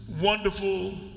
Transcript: wonderful